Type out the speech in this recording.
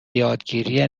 یادگیری